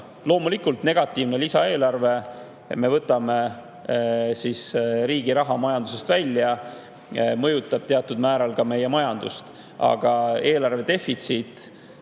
Loomulikult, negatiivne lisaeelarve, see, et me võtame riigi raha majandusest välja, mõjutab teatud määral meie majandust. Aga eelarvedefitsiit